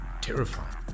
Terrifying